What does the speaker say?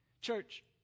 Church